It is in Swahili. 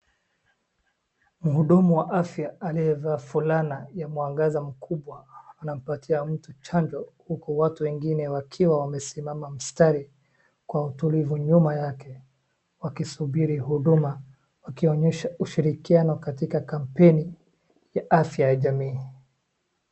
Mhudumu wa afya aliyevaa fulana ya mwangaza mkubwa, anampatia mtu chanjo, huku watu wengine wakiwa wamesimama msitari kwa utulivu nyuma yake wakisubiri huduma wakionyesha ushirikiano katika kampeni ya afya ya jamii.